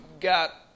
got